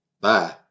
Bye